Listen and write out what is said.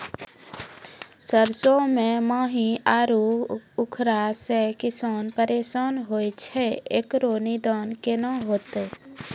सरसों मे माहू आरु उखरा से किसान परेशान रहैय छैय, इकरो निदान केना होते?